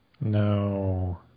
no